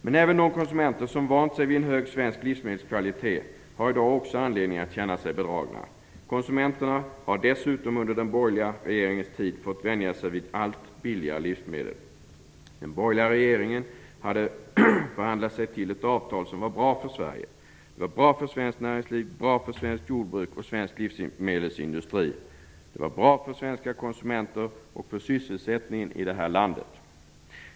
Men även de konsumenter som har vant sig vid en hög svensk livsmedelskvalitet har i dag anledning att känna sig bedragna. Konsumenterna har dessutom under den borgerliga regeringens tid fått vänja sig vid allt billigare livsmedel. Den borgerliga regeringen hade förhandlat sig till ett avtal som var bra för Sverige. Det var bra för svenskt näringsliv, bra för svenskt jordbruk och svensk livsmedelsindustri. Det var bra för svenska konsumenter och för sysselsättningen här i landet.